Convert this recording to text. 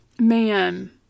man